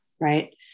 right